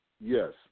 yes